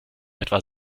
etwa